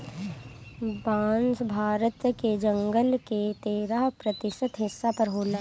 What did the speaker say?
बांस भारत के जंगल के तेरह प्रतिशत हिस्सा पर होला